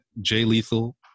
J-lethal